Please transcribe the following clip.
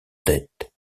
dettes